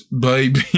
baby